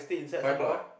five o-clock eh